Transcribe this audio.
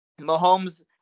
Mahomes